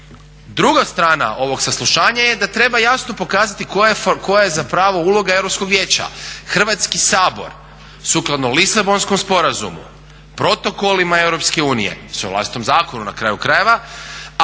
Druga strana ovog saslušanja je da treba jasno pokazati koja je zapravo uloga Europskog vijeća. Hrvatski sabor sukladno Lisabonskom sporazumu protokolima EU, vlastitom zakonu na kraju krajeva,